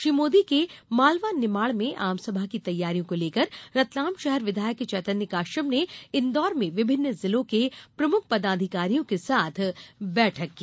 श्री मोदी के मालवा निमाड़ में आमसभा की तैयारियों को लेकर रतलाम शहर विधायक चेतन्य काश्यप ने इंदौर में विभिन्न जिलों के प्रमुख पदाधिकारियों के साथ बैठक की